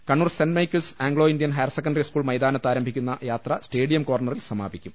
Kannur Saint Michael's Anglo Indian higher secondary school മൈതാനത്ത് ആരം ഭിക്കുന്ന യാത്ര സ്റ്റേഡിയം കോർണറിൽ സമാപിക്കും